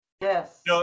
Yes